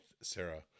Sarah